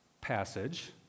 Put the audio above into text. passage